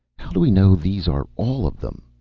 how do we know these are all of them?